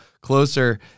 closer